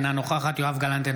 אינה נוכחת יואב גלנט,